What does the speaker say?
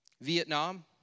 Vietnam